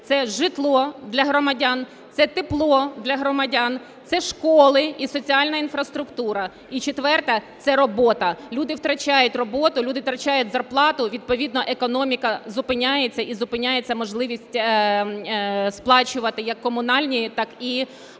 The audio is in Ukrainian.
це житло для громадян. Це тепло для громадян Це школи і соціальна інфраструктура. І четверте – це робота. Люди втрачають роботу, люди втрачають зарплату, відповідно економіка зупиняється і зупиняється можливість сплачувати як комунальні, так й інші